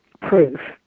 proof